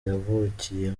yavukiye